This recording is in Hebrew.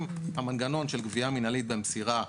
אם המנגנון של גבייה מינהלית במסירה,